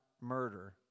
murder